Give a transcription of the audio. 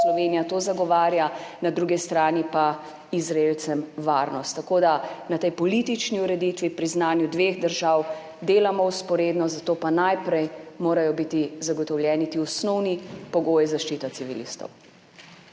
Slovenija to zagovarja, na drugi strani pa Izraelcem varnost. Tako da na tej politični ureditvi, priznanju dveh držav delamo vzporedno, zato pa najprej morajo biti zagotovljeni ti osnovni pogoji, zaščita civilistov.